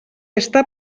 està